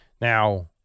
Now